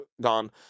gone